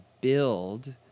build